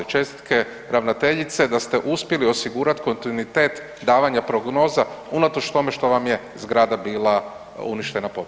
Čestitke ravnateljice da ste uspjeli osigurat kontinuitet davanja prognoza unatoč tome što vam je zgrada bila uništena potresom.